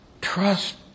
Trust